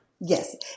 Yes